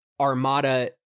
armada